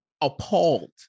Appalled